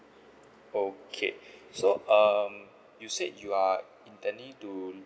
okay so um you said you are intending to